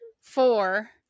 four